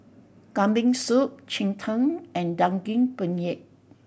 Kambing Soup cheng tng and Daging Penyet